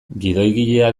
gidoigilea